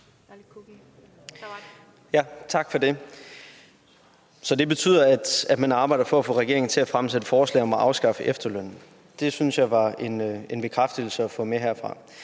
Tak for det. Så det betyder, at man arbejder på at få regeringen til at fremsætte forslag om at afskaffe efterlønnen. Det synes jeg var en bekræftelse at få med herfra.